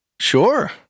Sure